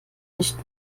nicht